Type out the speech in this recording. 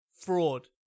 fraud